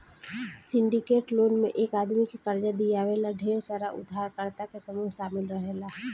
syndicate loan में एक आदमी के कर्जा दिवावे ला ढेर सारा उधारकर्ता के समूह शामिल रहेला